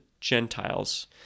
Gentiles